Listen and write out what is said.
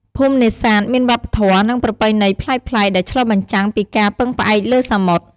ភូមិនេសាទមានវប្បធម៌ និងប្រពៃណីប្លែកៗ ដែលឆ្លុះបញ្ចាំងពីការពឹងផ្អែកលើសមុទ្រ។